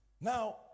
Now